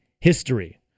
history